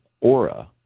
aura